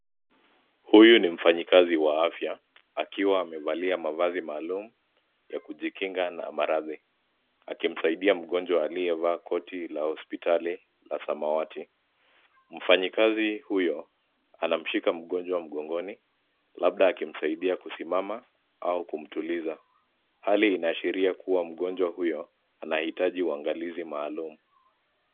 Huyu ni mfanyikazi wa afya akiwa amevalia mavazi maalum ya kujikinga na maradhi akimsaidia mgonjwa aliyevaa koti la hospitali la samawati mfanyikazi huyo anamshika mgonjwa mgongoni labda akimsaidia kusimama au kumtuliza hali inaashiria kua mgonjwa huyo anahitaji uangalizi maalum.